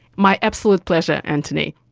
my absolute pleasure antony.